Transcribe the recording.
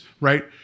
Right